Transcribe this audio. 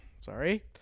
Sorry